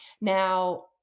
Now